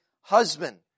husband